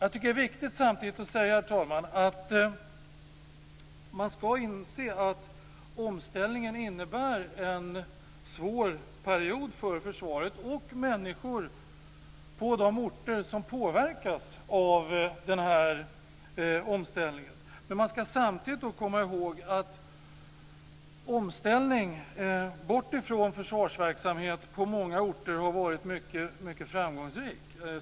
Jag tycker att det är viktigt att säga att man ska inse att omställningen innebär en svår period för försvaret och människor på de orter som påverkas av omställningen. Men man ska samtidigt komma ihåg att en omställning från försvarsverksamhet har varit mycket framgångsrik på många orter.